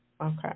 Okay